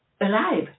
alive